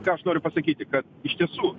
ką aš noriu pasakyti kad iš tiesų